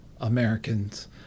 Americans